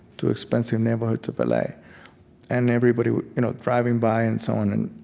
two expensive neighborhoods of l a, and everybody you know driving by and so on. and